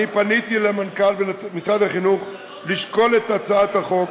אני פניתי למנכ"ל ולמשרד החינוך לשקול את הצעת החוק,